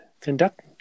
conduct